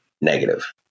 negative